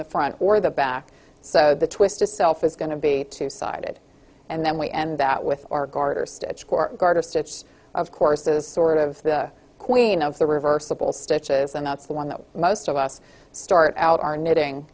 the front or the back so the twist itself is going to be two sided and then we end that with or garter stitch garter stitch of course is sort of the queen of the reversible stitches and that's the one that most of us start out our knitting